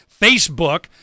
Facebook